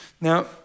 now